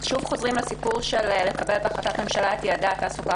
שוב חוזרים לסיפור של קבלת החלטת ממשלה על יעדי התעסוקה